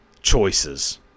choices